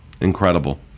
Incredible